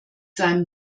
seinem